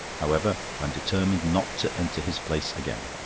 however, i'm determined not to enter his place again.